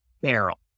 barrel